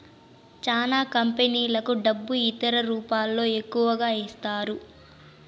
చానా కంపెనీలకు డబ్బు ఇతర రూపాల్లో ఎక్కువగా ఇస్తారు